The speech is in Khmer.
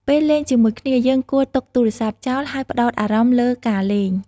ពេលលេងជាមួយគ្នា យើងគួរទុកទូរសព្ទចោល ហើយផ្ដោតអារម្មណ៍លើការលេង។